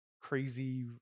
crazy